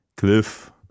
Cliff